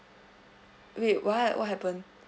wait what what happened